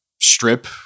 strip